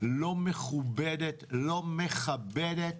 לא מכובדת, לא מכבדת.